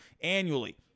annually